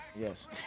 Yes